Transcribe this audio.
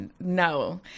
no